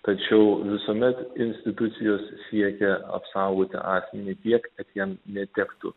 tačiau visuomet institucijos siekia apsaugoti asmenį tiek kad jam netektų